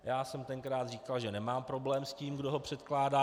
Já jsem tenkrát říkal, že nemám problém s tím, kdo ho předkládá.